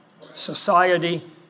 society